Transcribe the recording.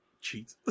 Cheat